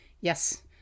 Yes